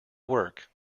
work